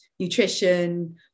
nutrition